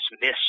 miss